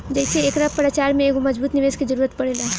जेइसे एकरा प्रचार में एगो मजबूत निवेस के जरुरत पड़ेला